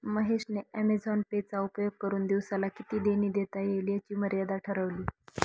महेश ने Amazon Pay चा उपयोग करुन दिवसाला किती देणी देता येईल याची मर्यादा ठरवली